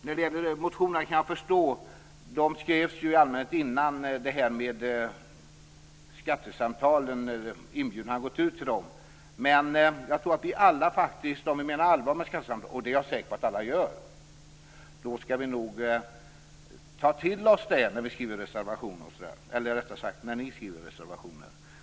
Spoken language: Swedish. När det gäller motionerna kan jag förstå det, eftersom de i allmänhet skrevs innan inbjudan till skattesamtalen hade gått ut. Men jag tror faktiskt att vi alla om vi menar allvar med skattesamtalen, vilket jag är säker på att alla gör, nog skall ta till oss det när vi skriver reservationer, eller rättare sagt när ni skriver reservationer.